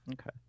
Okay